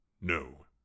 No